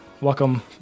welcome